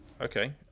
Okay